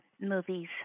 movies